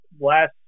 last